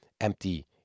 empty